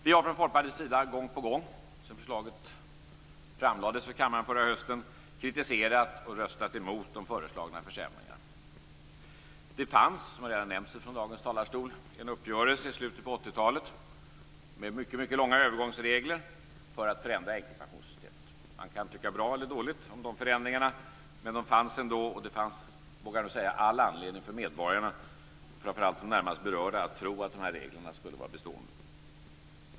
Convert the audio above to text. Vi har från Folkpartiets sida gång på gång sedan förslaget framlades för kammaren förra hösten kritiserat och röstat emot de föreslagna försämringarna. Det fanns, som har nämnts i dag från talarstolen, en uppgörelse från slutet av 80-talet med mycket långa övergångsregler för att förändra änkepensionssystemet. Man kan tycka bra eller dåligt om de förändringarna, men de fanns ändå och det fanns, vågar jag säga, all anledning för medborgarna, framför allt de närmast berörda, att tro att de reglerna skulle vara bestående.